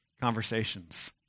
conversations